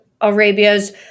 Arabia's